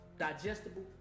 digestible